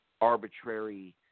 arbitrary